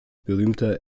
berühmter